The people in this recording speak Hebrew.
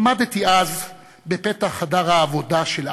עמדתי אז בפתח חדר העבודה של אבא.